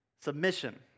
submission